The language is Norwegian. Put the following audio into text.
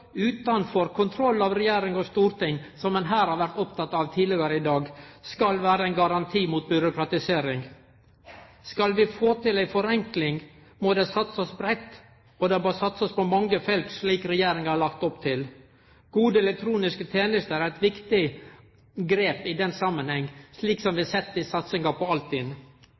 utanfor kontroll av regjering og storting, som ein her har vore oppteken av tidlegare i dag, skal vere ein garanti mot byråkratisering. Skal vi få til ei forenkling, må det satsast breitt, og det må satsast på mange felt, slik regjeringa har lagt opp til. Gode elektroniske tenester er eit viktig grep i den samanhengen, slik som vi har sett i satsinga på